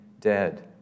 dead